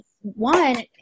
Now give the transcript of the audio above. one